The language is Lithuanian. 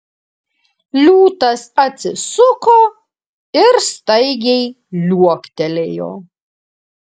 liūtas atsisuko ir staigiai liuoktelėjo